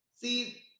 see